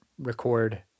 record